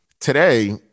today